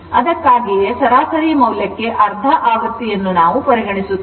ಅದಕ್ಕಾಗಿಯೇ ಸರಾಸರಿ ಮೌಲ್ಯಕ್ಕೆ ಅರ್ಧ ಆವೃತ್ತಿಯನ್ನು ನಾವು ಪರಿಗಣಿಸುತ್ತೇವೆ